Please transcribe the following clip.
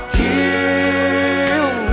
kill